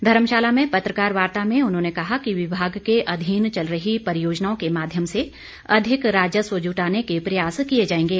धर्मशाला में पत्रकार वार्ता में उन्होंने कहा कि विभाग के अधीन चल रही परियोजनाओं के माध्यम से अधिक राजस्व जुटाने के प्रयास किए जाएंगे